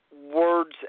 words